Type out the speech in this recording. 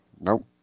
nope